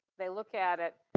they look at it,